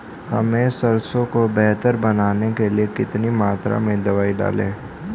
हम सरसों को बेहतर बनाने के लिए कितनी मात्रा में दवाई डालें?